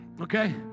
okay